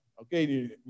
Okay